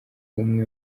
umwe